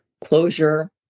closure